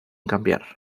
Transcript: cambiar